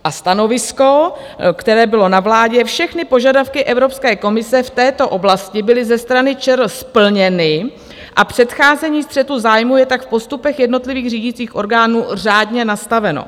A stanovisko, které bylo na vládě všechny požadavky Evropské komise v této oblasti byly ze strany ČR splněny a předcházení střetu zájmů je tak v postupech jednotlivých řídících orgánů řádně nastaveno.